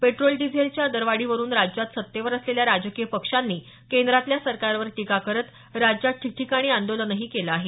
petrol डिझेलच्या दरवाढीवरुन राज्यात सत्तेवर असलेल्या राजकीय पक्षांनी केंद्रातल्या सरकारवर टीका करत राज्यात ठिकठिकाणी आंदोलनही केल आहे